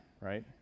right